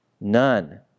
None